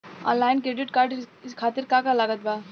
Online credit card खातिर का का लागत बा?